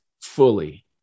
fully